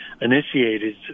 initiated